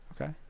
Okay